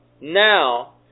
now